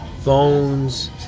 Phones